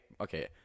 okay